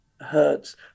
hurts